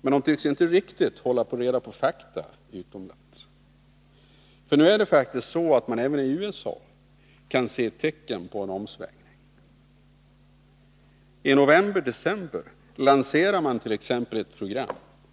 Men de tycks inte riktigt hålla reda på fakta om vad som händer utomlands. Nu är det faktiskt så att man även i USA kan se tecken på en omsvängning. I november-december lanserade